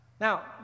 Now